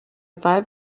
five